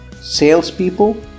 Salespeople